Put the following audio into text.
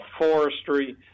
forestry